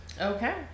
Okay